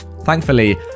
Thankfully